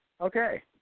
okay